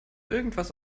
irgendwas